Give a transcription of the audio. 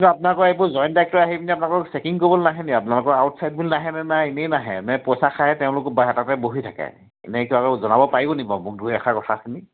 কিন্ত আপোনালোক এইবোৰ জইণ্ট ডাইৰেক্টৰে আহি পিনে আপোনালোকক চেকিং কৰিবলৈ নাহে নেকি আপোনালোকৰ আউট চাইড বুলি নাহে নে নাই এনেই নাহে নে পইচা খায়ে তেওঁলোক বাইহাটাতে বহি থাকে এনেই কি আকৌ জনাব পাৰিব নেকি বাৰু মোক দুই এষাৰ কথাখিনি